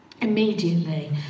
immediately